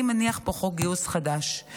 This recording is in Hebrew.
אני מניח פה חוק גיוס חדש,